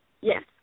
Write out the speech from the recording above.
Yes